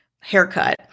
haircut